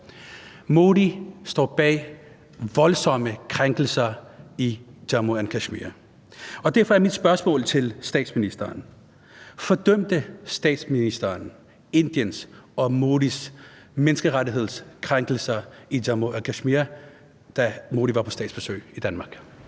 Modi står bag voldsomme krænkelser i Jammu og Kashmir, og derfor er mit spørgsmål til statsministeren: Fordømte statsministeren Indiens og Modis menneskerettighedskrænkelser i Jammu og Kashmir, da Modi var på statsbesøg i Danmark?